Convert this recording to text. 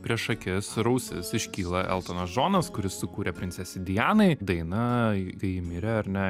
prieš akis ir ausis iškyla eltonas džonas kuris sukūrė princesei dianai dainą kai ji mirė ar ne